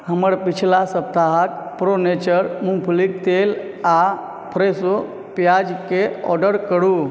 हमर पछिला सप्ताहक प्रो नेचर मूँगफलीक तेल आ फ़्रेशो प्याजकेँ ऑर्डर करू